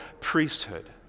priesthood